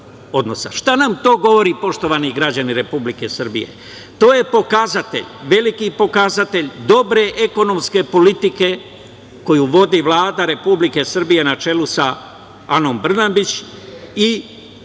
nam to govori, poštovani građani Republike Srbije? To je pokazatelj, veliki pokazatelj dobre ekonomske politike koju vodi Vlada Republike Srbije na čelu sa Anom Brnabić i